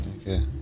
Okay